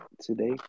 today